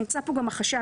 נמצא פה החשב.